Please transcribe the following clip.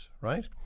right